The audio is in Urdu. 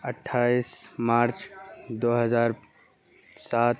اٹھائیس مارچ دو ہزار سات